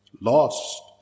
lost